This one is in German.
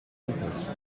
anpasst